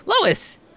Lois